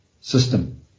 system